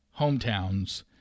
hometowns